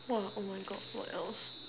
!wah! oh my god what else